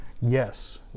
yes